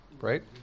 right